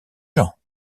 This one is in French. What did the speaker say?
gens